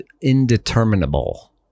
indeterminable